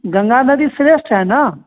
गंगा नदी श्रेष्ठ है ना